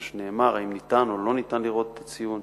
מה שנאמר, האם ניתן או לא ניתן לראות את הציון.